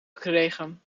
gekregen